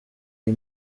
iyi